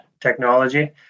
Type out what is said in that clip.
technology